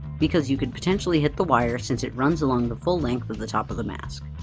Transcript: because you could potentially hit the wire, since it runs along the full length of the top of the mask.